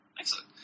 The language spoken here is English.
Excellent